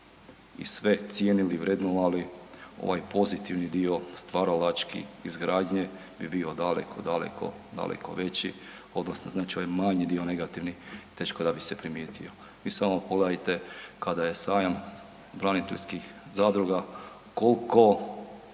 i sve cijenili vrednovali ovaj pozitivni dio, stvaralački, izgradnje bi bio daleko, daleko, daleko veći odnosno znači ovaj manji dio negativnih teško da bi se primijetio. Vi samo pogledajte kada je sajam braniteljskih zadruga koliko